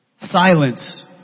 Silence